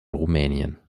rumänien